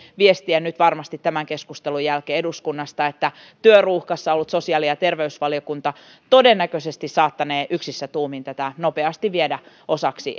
viestiä nyt varmasti tämän keskustelun jälkeen eduskunnasta että työruuhkassa ollut sosiaali ja terveysvaliokunta todennäköisesti saattanee yksissä tuumin tätä nopeasti viedä osaksi